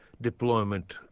deployment